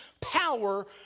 power